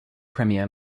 premier